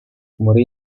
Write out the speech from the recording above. morì